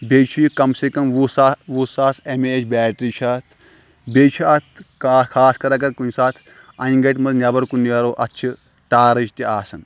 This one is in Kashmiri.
بیٚیہِ چھُ یہِ کَم سے کَم وُہ سا وُہ ساس اٮ۪م اٮ۪چ بیٹری چھِ اَتھ بیٚیہ چھِ اَتھ کانٛہہ خاص کَر اَگر کُنہِ ساتہٕ اَنۍ گَٹہِ منٛز نٮ۪بَر کُن نیرو اَتھ چھِ ٹارٕچ تہِ آسان